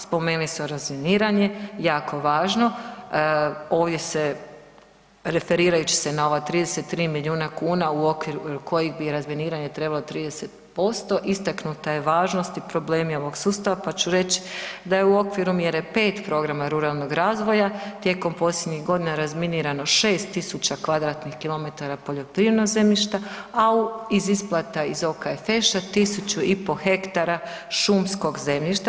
Spomenuli smo razminiranje, jako važno, ovdje se referirajući se na ova 33 milijuna kuna u okviru kojih bi razminiranje trebalo 30% istaknuta je važnost i problemi ovog sustava, pa ću reć da je u okviru mjere 5 programa ruralnog razvoja tijekom posljednjih godina razminirano 6000 kvadratnih kilometara poljoprivrednog zemljišta, a u, iz isplata iz OKFŠ-a 1500 hektara šumskog zemljišta.